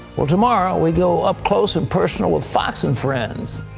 well, tomorrow we go up close and personal with fox and friend's,